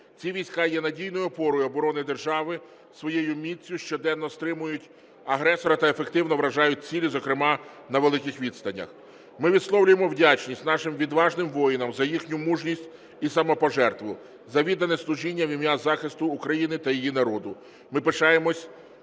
Ці війська є надійною опорою оборони держави, своєю міццю щоденно стримують агресора та ефективно вражають цілі, зокрема, на великих відстанях. Ми висловлюємо вдячність нашим відважним воїнам за їхню мужність і самопожертву, за віддане служіння в ім'я захисту України та її народу.